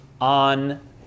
on